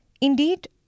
Indeed